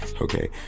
Okay